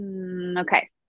okay